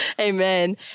Amen